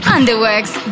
Underworks